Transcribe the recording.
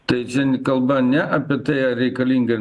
tai čia kalba ne apie tai reikalinga ir